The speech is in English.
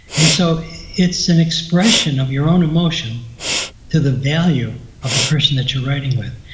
and so it's an expression of your own emotion to the value of the person that you're writing with.